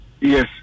Yes